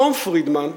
תום פרידמן,